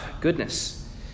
goodness